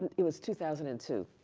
it was two thousand and two.